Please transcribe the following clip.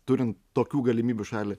turint tokių galimybių šalį